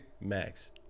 Max